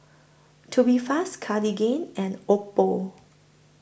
Tubifast Cartigain and Oppo